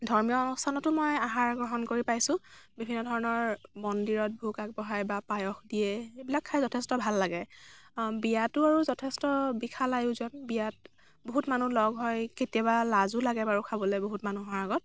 ধৰ্মীয় অনুষ্ঠানতো মই আহাৰ গ্ৰহণ কৰি পাইছোঁ বিভিন্ন ধৰণৰ মন্দিৰত ভোগ আগবঢ়াই বা পায়স দিয়ে এইবিলাক খাই যথেষ্ট ভাল লাগে বিয়াতো আৰু যথেষ্ট বিশাল আয়োজন বিয়াত বহুত মানুহ লগ হয় কেতিয়াবা লাজো লাগে বাৰু খাবলৈ বহুত মানুহৰ আগত